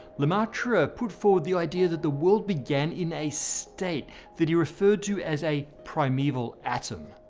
lemaitre put forward the idea that the world began in a state that he referred to as a primeval atom.